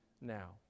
now